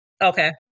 Okay